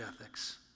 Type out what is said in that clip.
ethics